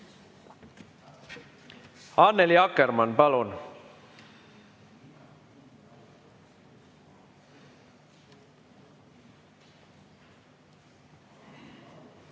Annely Akkermann, palun!